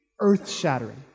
earth-shattering